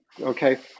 okay